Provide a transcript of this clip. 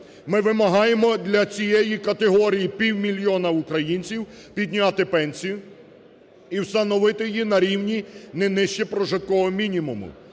Ми вимагаємо для цієї категорії, півмільйона українців, підняти пенсію і встановити її на рівні не нижче прожиткового мінімуму